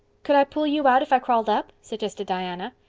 could i pull you out if i crawled up? suggested diana.